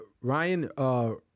Ryan